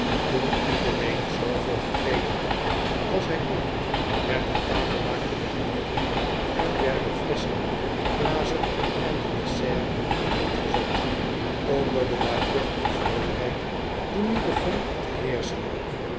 toen iedereen zooveel gegeten had als hij kon werd het tafellaken weggenomen en werden flesschen glazen en het dessert gereed gezet onder de luidruchtige vroolijkheid die nu begon te